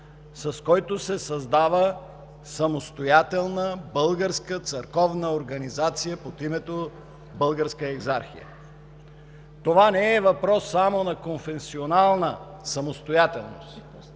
с който се създава самостоятелна българска църковна организация под името Българска екзархия. Това не е въпрос само на конфесионална самостоятелност.